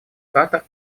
катар